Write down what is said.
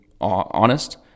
honest